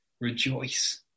rejoice